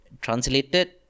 Translated